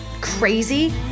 crazy